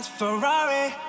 Ferrari